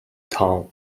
town